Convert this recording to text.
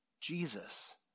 Jesus